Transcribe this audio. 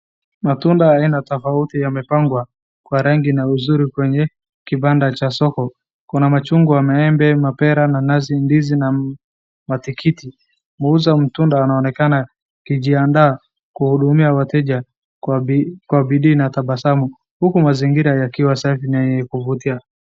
Matunda ya aina tofauti yamepangwa kwa rangi na uzuri kwenye kibanda cha soko. Kuna machungwa, maembe, mapera, nanasi, ndizi na matikitiki. Muuza matunda anaonekana akijiandaa kuwahudumia wateja kwa bidii na tabasamu, huku mazingira yakiwa safi na yenye kuvutia.